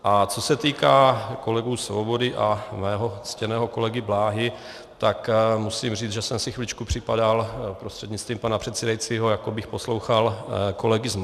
A co se týká kolegů Svobody a mého ctěného kolegy Bláhy, tak musím říct, že jsem si chviličku připadal prostřednictvím pana předsedajícího, jako bych poslouchal kolegy z Marsu.